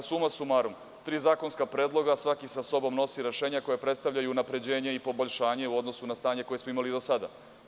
Suma sumarum, tri zakonska predloga, a svaki sa sobom nosi rešenja koja predstavljaju unapređenje i poboljšanje u odnosu na stanje koje smo imali do sada.